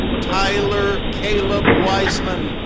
tyler caleb weissman,